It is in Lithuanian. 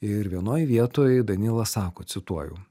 ir vienoj vietoj danila sako cituoju